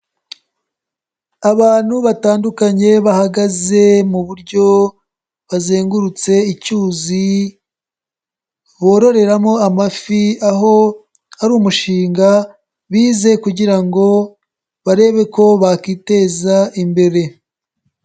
Abantu batandukanye bahagaze mu buryo bazengurutse icyuzi bororeramo amafi. Aho ari umushinga bize kugira ngo barebe ko bakiteza imbere.